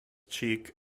cheek